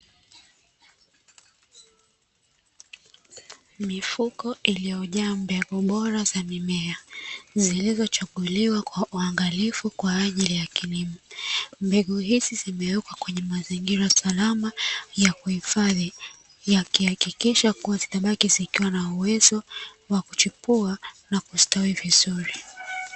Mifuko iliyojaa mbegu bora za mimea zilizochaguliwa kwa uangalifu kwa ajili ya kilimo. Mbegu hizi zimewekwa kwenye mazingira salama ya kuhifadhi ya kuhakikisha kuwa zitabaki zikiwa na uwezo wa kuchipua na kustawi vizuri.